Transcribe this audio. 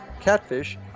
catfish